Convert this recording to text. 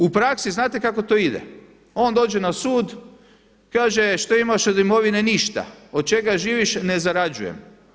U praksi znate kako to ide, on dođe na sud, kaže šta imaš od imovine, ništa, od čega živiš, ne zarađujem.